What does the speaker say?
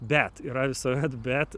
bet yra visuomet bet